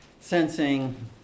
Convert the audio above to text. sensing